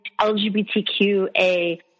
LGBTQA